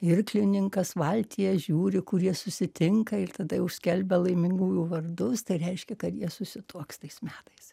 irklininkas valtyje žiūri kur jie susitinka ir tada jau skelbia laimingųjų vardus tai reiškia kad jie susituoks tais metais